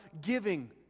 giving